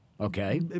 Okay